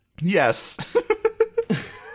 Yes